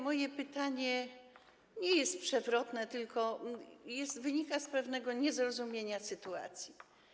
Moje pytanie nie jest przewrotne, tylko wynika z pewnego niezrozumienia sytuacji.